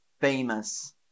famous